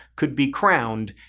could be crowned,